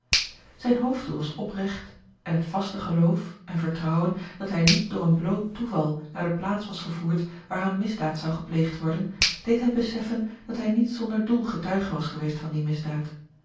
zijn hoofddoel was opregt en het vaste geloof en vertrouwen dat hij niet door een bloot toeval naar de plaats was gevoerd waar eene misdaad zou gepleegd worden deed hem beseffen dat hij niet zonder doel getuige was geweest van die misdaad